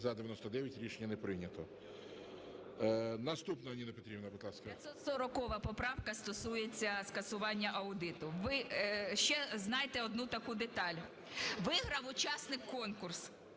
За-99 Рішення не прийнято. Наступна, Ніна Петрівна, будь ласка. 14:29:23 ЮЖАНІНА Н.П. 540 поправка, стосується скасування аудиту. Ви ще знайте одну таку деталь. Виграв учасник конкурс.